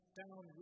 down